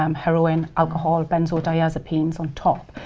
um heroin, alcohol, benzodiazepines on top,